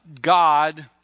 God